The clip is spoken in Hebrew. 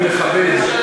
ממשלה